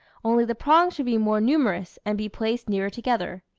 only the prongs should be more numerous and be placed nearer together,